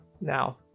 Now